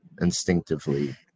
instinctively